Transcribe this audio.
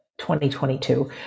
2022